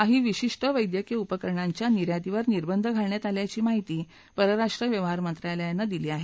काही विशिष्ट वैद्यकीय उपकरणांच्या निर्यातीवर निर्बंध घालण्यात आल्याची माहिती परराष्ट्र व्यवहार मंत्रालयानं दिली आहे